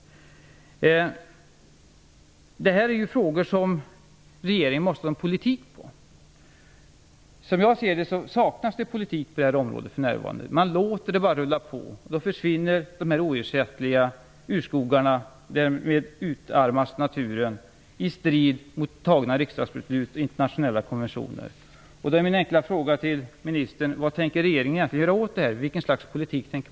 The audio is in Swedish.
Det här är frågor som regeringen måste ha en politik för. Som jag ser det saknas det politik på det här området för närvarande. Man låter det bara rulla på, och då försvinner de oersättliga urskogarna. Därmed utarmas naturen i strid med riksdagsbeslut och internationella konventioner.